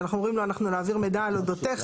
אנחנו אומרים לו: אנחנו נעביר מידע על אודותיך,